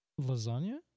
Lasagna